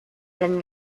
than